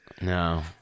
No